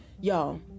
y'all